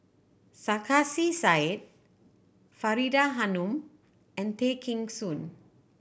Sarkasi Said Faridah Hanum and Tay Kheng Soon